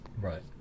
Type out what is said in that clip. right